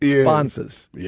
sponsors